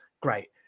Great